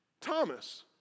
Thomas